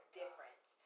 different